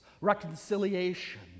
reconciliation